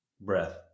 breath